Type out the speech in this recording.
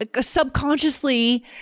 subconsciously